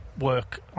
work